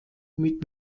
mit